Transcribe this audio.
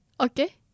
Okay